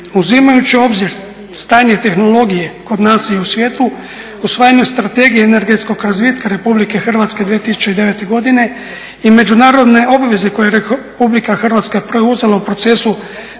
Uzimajući u obzir stanje tehnologije kod nas i u svijetu usvajanost Strategije energetskog razvitka Republike Hrvatske 2009. godine i međunarodne obveze koje je Republika Hrvatska preuzela u procesu